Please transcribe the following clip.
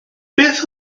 beth